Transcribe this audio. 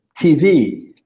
TV